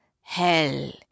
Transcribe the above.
Hell